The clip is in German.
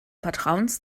vertrauens